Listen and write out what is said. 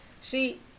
See